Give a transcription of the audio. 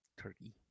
Turkey